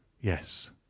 Yes